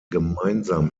gemeinsam